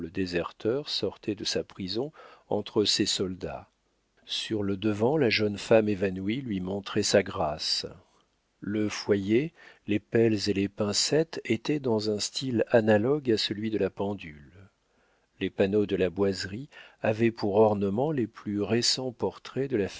déserteur sortait de la prison entre ses soldats sur le devant la jeune femme évanouie lui montrait sa grâce le foyer les pelles et pincettes étaient dans un style analogue à celui de la pendule les panneaux de la boiserie avaient pour ornement les plus récents portraits de la